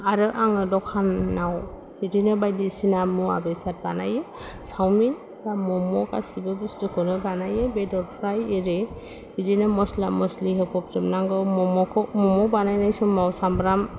आरो आङो दखानाव बिदिनो बायदिसिना मुवा बेसाद बानायो सावमिन बा मम' गासैबो बुस्थुखौनो बानायो बेदर फ्राय एरि बिदिनो मस्ला मस्लि होफबजोबनांगौ मम'खौ मम' बानायनाय समाव सामब्राम